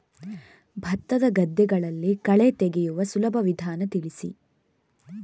ಭತ್ತದ ಗದ್ದೆಗಳಲ್ಲಿ ಕಳೆ ತೆಗೆಯುವ ಸುಲಭ ವಿಧಾನ ತಿಳಿಸಿ?